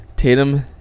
Tatum